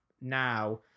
now